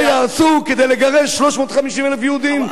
מה יעשו כדי לגרש 350,000 יהודים?